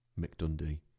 McDundee